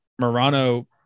Morano